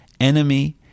enemy